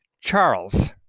Charles